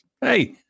Hey